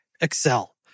Excel